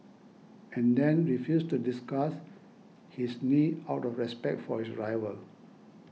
and then refused to discuss his knee out of respect for his rival